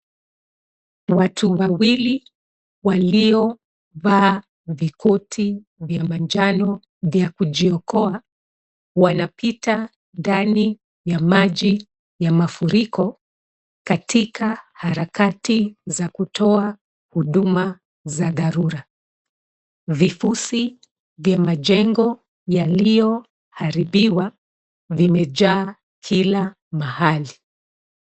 Watu wawili waliovaa vikoti vya manjano vya kujiokoa wanapita ndani ya maji ya mafuriko katika harakati za kutoa huduma za dharura. Vipusi vya majnego yaliyoharibiwa vimejaa kila mahali.